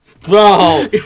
bro